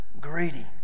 greedy